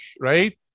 Right